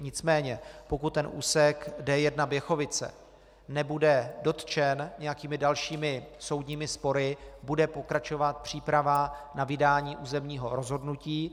Nicméně pokud úsek D1 Běchovice nebude dotčen nějakými dalšími soudními spory, bude pokračovat příprava na vydání územního rozhodnutí.